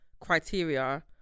criteria